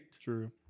True